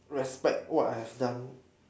respect what I have done